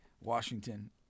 Washington